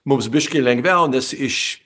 mums biškį lengviau nes iš